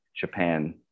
Japan